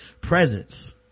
presence